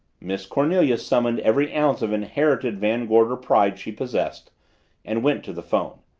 miss cornelia summoned every ounce of inherited van gorder pride she possessed and went to the phone.